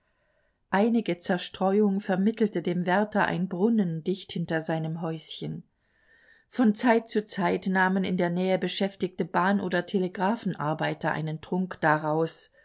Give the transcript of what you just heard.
einige zerstreuung vermittelte dem wärter ein brunnen dicht hinter seinem häuschen von zeit zu zeit nahmen in der nähe beschäftigte bahnoder telegraphenarbeiter einen trunk daraus